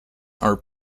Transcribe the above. are